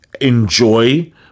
enjoy